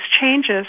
changes